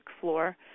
floor